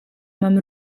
mam